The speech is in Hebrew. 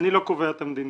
אני לא קובע את המדיניות.